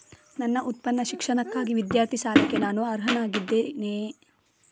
ನನ್ನ ಉನ್ನತ ಶಿಕ್ಷಣಕ್ಕಾಗಿ ವಿದ್ಯಾರ್ಥಿ ಸಾಲಕ್ಕೆ ನಾನು ಅರ್ಹನಾಗಿದ್ದೇನೆಯೇ?